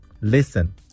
listen